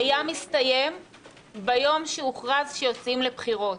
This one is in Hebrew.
היה מסתיים ביום שהוכרז שיוצאים לבחירות,